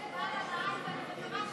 לוח זמנים.